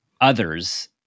others